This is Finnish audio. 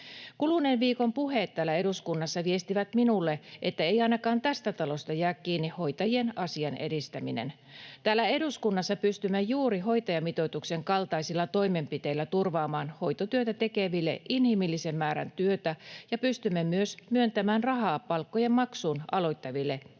Kuluneen viikon puheet täällä eduskunnassa viestivät minulle, että ei ainakaan tästä talosta jää kiinni hoitajien asian edistäminen. Täällä eduskunnassa pystymme juuri hoitajamitoituksen kaltaisilla toimenpiteillä turvaamaan hoitotyötä tekeville inhimillisen määrän työtä ja pystymme myös myöntämään rahaa palkkojen maksuun aloittaville